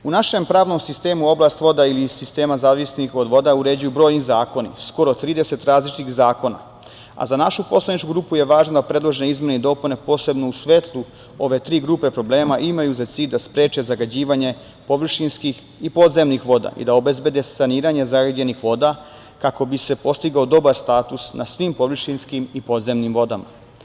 U našem pravnom sistemu oblast voda ili sistema zavisnih od voda uređuju brojni zakoni, skoro 30 različitih zakona, a za našu poslaničku grupu je važno da predložene izmene i dopune, posebno u svetlu ove tri grupe problema, imaju za cilj da spreče zagađivanje površinskih i podzemnih voda i da obezbede saniranje zagađenih voda, kako bi se postigao dobar status na svim površinskim i podzemnim vodama.